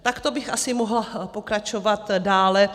Takto bych asi mohla pokračovat dále.